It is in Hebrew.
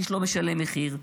איש לא משלם מחיר,